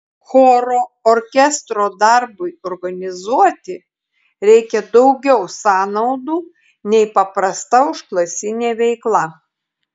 choro orkestro darbui organizuoti reikia daugiau sąnaudų nei paprasta užklasinė veikla